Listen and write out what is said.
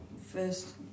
first